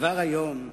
כבר היום,